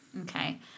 Okay